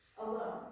alone